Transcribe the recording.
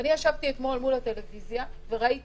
ואני ישבתי אתמול מול הטלוויזיה וראיתי